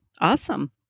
Awesome